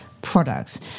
products